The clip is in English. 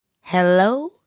Hello